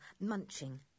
munching